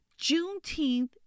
Juneteenth